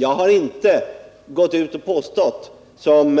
Jag har inte, som